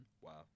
Wow